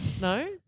No